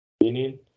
meaning